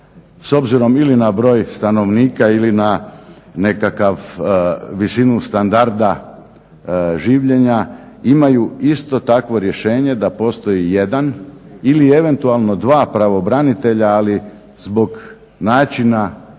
s obzirom ili na broj stanovnika ili na nekakav, visinu standarda življenja imaju isto takvo rješenje da postoji jedan ili eventualno dva pravobranitelja. Ali zbog načina